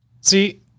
See